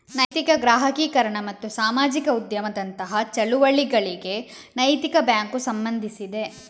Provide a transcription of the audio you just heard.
ನೈತಿಕ ಗ್ರಾಹಕೀಕರಣ ಮತ್ತು ಸಾಮಾಜಿಕ ಉದ್ಯಮದಂತಹ ಚಳುವಳಿಗಳಿಗೆ ನೈತಿಕ ಬ್ಯಾಂಕು ಸಂಬಂಧಿಸಿದೆ